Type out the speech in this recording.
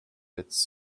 its